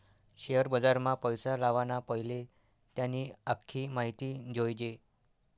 share बजारमा पैसा लावाना पैले त्यानी आख्खी माहिती जोयजे